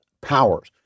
powers